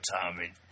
Tommy